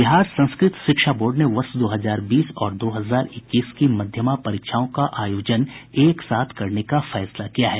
बिहार संस्कृत शिक्षा बोर्ड ने वर्ष दो हजार बीस और दो हजार इक्कीस की मध्यमा परीक्षाओं का आयोजन एक साथ करने का फैसला किया है